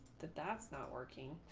that that's not working.